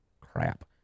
Crap